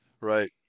right